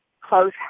close